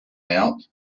out